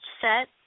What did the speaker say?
set